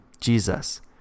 Jesus